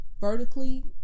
vertically